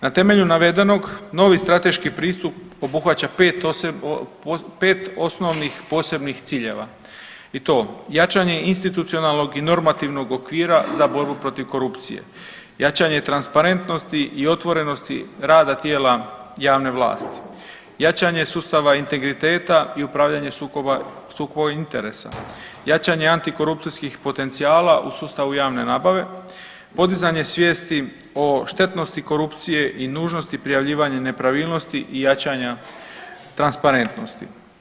Na temelju navedenog, novi strateški pristup obuhvaća 5 osnovnih posebnih ciljeva i to: jačanje institucionalnog i normativnog okvira za borbu protiv korupcije, jačanje transparentnosti i otvorenosti rada tijela javne vlasti, jačanje sustava integriteta i upravlja sukobom interesa, jačanje antikorupcijskih potencijala u sustavu javne nabave, podizanje svijesti o štetnosti korupcije i nužnosti prijavljivanja nepravilnosti i jačanja transparentnosti.